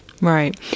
Right